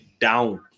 down